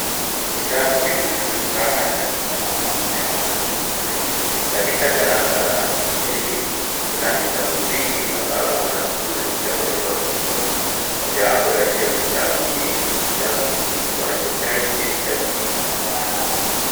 Vitabu ni muhimu sana katika masomo ya wanafunzi. Katika darasa la pili, kuna vitabu vingi ambavyo wanafunzi hushauriwa kusoma. Moja wapo wa hivyo vitabu ni kitabu kiitwacho Health, Safety, and Manners .